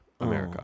America